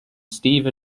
steve